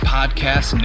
Podcast